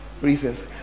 reasons